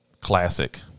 classic